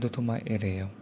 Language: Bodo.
दतमा एरिया आव